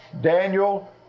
Daniel